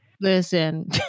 Listen